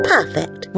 Perfect